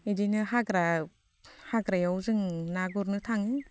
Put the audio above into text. बिदिनो हाग्रायाव जों ना गुरनो थाङो